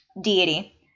deity